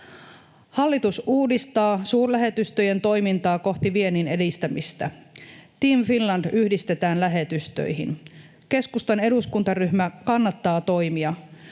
Hallitus uudistaa suurlähetystöjen toimintaa kohti viennin edistämistä. Team Finland yhdistetään lähetystöihin. Keskustan eduskuntaryhmä kannattaa toimia